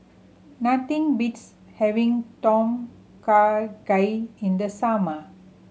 nothing beats having Tom Kha Gai in the summer